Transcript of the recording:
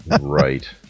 Right